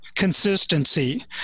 consistency